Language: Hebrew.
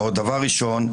דבר ראשון,